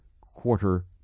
quarter